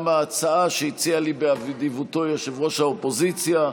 גם ההצעה שהציע לי באדיבותו יושב-ראש האופוזיציה,